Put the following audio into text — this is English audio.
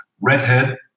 redhead